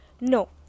No